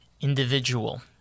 Individual